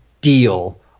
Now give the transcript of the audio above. deal